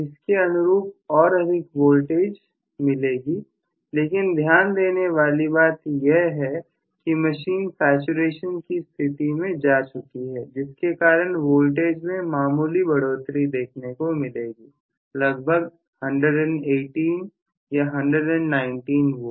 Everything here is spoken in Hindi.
इसके अनुरूप मुझे और अधिक वोल्टेज मिलेगी लेकिन ध्यान देने वाली बात यह है कि मशीन सैचुरेशन की स्थिति में जा चुकी है जिसके कारण वोल्टेज में मामूली बढ़ोतरी देखने को मिलेगी लगभग 118 या 119 V